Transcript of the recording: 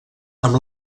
amb